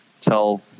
tell